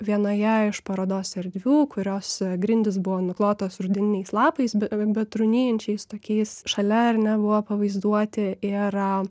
vienoje iš parodos erdvių kurios grindys buvo nuklotos rudeniniais lapais be betrūnijančiais tokiais šalia ar ne buvo pavaizduoti ir